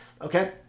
Okay